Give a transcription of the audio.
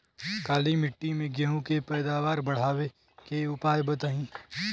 काली मिट्टी में गेहूँ के पैदावार बढ़ावे के उपाय बताई?